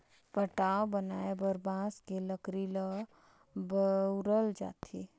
पटाव बनाये बर बांस के लकरी ल बउरल जाथे